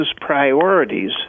priorities